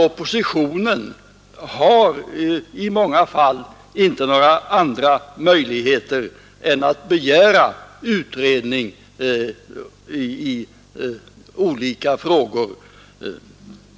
Oppositionen har ju i många fall inte några andra möjligheter än att begära utredningar i olika frågor.